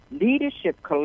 Leadership